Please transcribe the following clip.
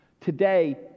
today